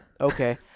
Okay